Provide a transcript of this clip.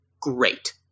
great